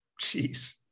Jeez